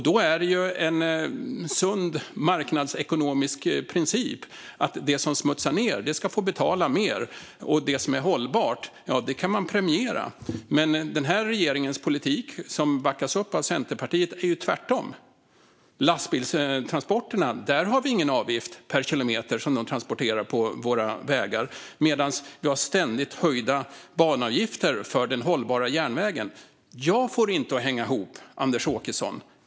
Då är det en sund marknadsekonomisk princip att det som smutsar ned ska få betala mer och att man kan premiera det som är hållbart. Men regeringens politik, som backas upp av Centerpartiet, är tvärtom. För lastbilstransporterna har vi ingen avgift per kilometer, men vi har ständigt höjda banavgifter för den hållbara järnvägen. Jag får det inte att hänga ihop, Anders Åkesson.